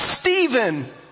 Stephen